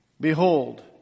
Behold